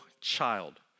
child